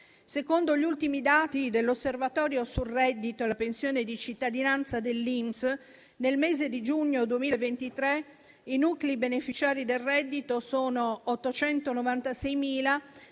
Secondo gli ultimi dati dell'Osservatorio sul reddito e la pensione di cittadinanza dell'INPS, nel mese di giugno 2023 i nuclei beneficiari del reddito sono 896.000,